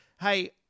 hey